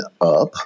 up